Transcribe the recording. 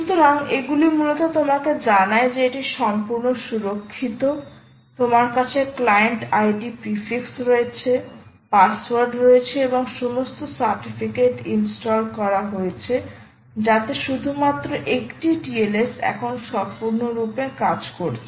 সুতরাং এগুলি মূলত তোমাকে জানায় যে এটি সম্পূর্ণ সুরক্ষিত তোমার কাছে ক্লায়েন্ট ID প্রেফিক্স রয়েছে পাসওয়ার্ড রয়েছে এবং সমস্ত সার্টিফিকেট ইনস্টল করা হয়েছে যাতে শুধুমাত্র একটি TLS এখন সম্পূর্ণরূপে কাজ করছে